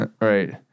Right